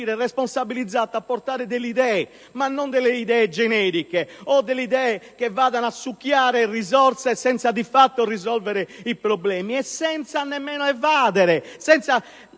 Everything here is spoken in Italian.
responsabilizzato a portare delle idee; ma non idee generiche, o che vadano a succhiare risorse senza di fatto risolvere problemi e senza nemmeno toccare la